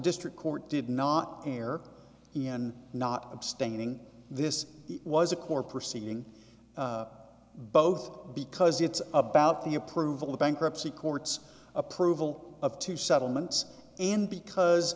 district court did not err in not abstaining this was a core proceeding both because it's about the approval of bankruptcy courts approval of two settlements and because